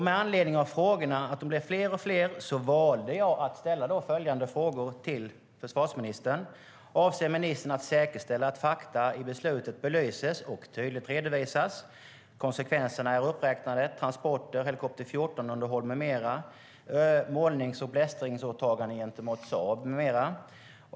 Med anledning av att frågorna blev fler och fler valde jag att ställa följande frågor till försvarsministern: Avser ministern att säkerställa att fakta i beslutet belyses och tydligt redovisas? Konsekvenserna är uppräknade: transporter, Helikopter 14-underhåll, målnings och blästringsåtaganden gentemot Saab med mera.